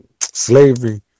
slavery